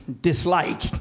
dislike